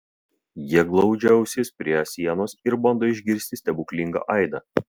jie glaudžia ausis prie sienos ir bando išgirsti stebuklingą aidą